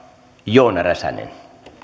joona räsänen